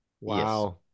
Wow